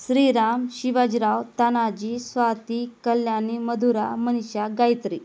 Shriram Shivajirao Tanaji Swati Kalyani Madhura Manisha Gayatri